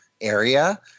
area